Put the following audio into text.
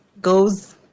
goes